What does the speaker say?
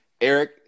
Eric